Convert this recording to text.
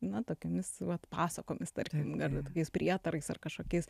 na tokiomis vat pasakomis tarkim ar tokiais prietarais ar kažkokiais